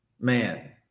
man